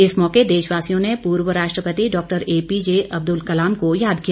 इस मौके राष्ट्रवासियों ने पूर्व राष्ट्रपति doctor A P J Abdul Kalam को याद किया